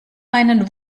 einen